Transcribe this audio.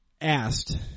asked